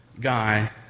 guy